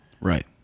Right